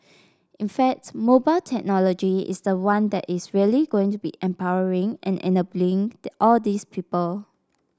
in facts mobile technology is the one that is really going to be empowering and enabling all these people